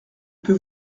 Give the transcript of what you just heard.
peux